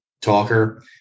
talker